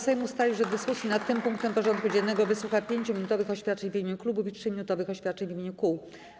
Sejm ustalił, że w dyskusji nad tym punktem porządku dziennego wysłucha 5-minutowych oświadczeń w imieniu klubów i 3-minutowych oświadczeń w imieniu kół.